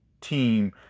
team